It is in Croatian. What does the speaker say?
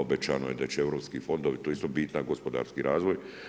Obećano je da će europski fondovi to je isto bitan gospodarski razvoj,